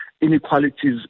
inequalities